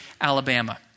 Alabama